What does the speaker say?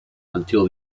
until